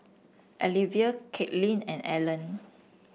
Alivia Katelin and Allan